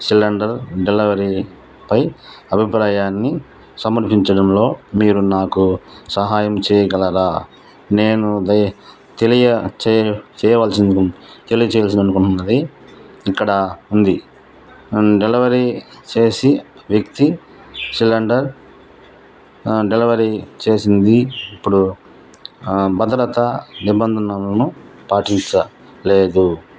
cylinder డెలివరీపై అభిప్రాయాన్ని సమర్పించడంలో మీరు నాకు సహాయం చేయగలరా నేను దయ్ తెలియ తెలియ చేయాలి అనుకున్నది ఇక్కడ ఉంది డెలివరీ చేసే వ్యక్తి సిలిండర్ డెలివరీ చేసేటప్పుడు భద్రతా నిబంధనలను పాటించలేదు